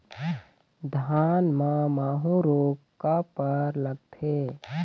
धान म माहू रोग काबर लगथे?